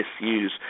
misuse